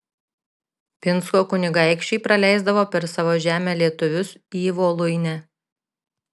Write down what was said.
pinsko kunigaikščiai praleisdavo per savo žemę lietuvius į voluinę